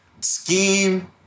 Scheme